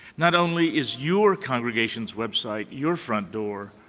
not only is your congregation's website your front door,